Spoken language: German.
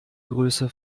größe